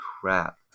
crap